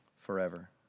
forever